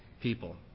people